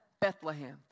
Bethlehem